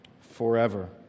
forever